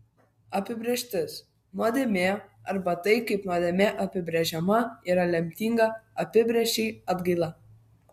apibrėžtis nuodėmė arba tai kaip nuodėmė apibrėžiama yra lemtinga apibrėžčiai atgaila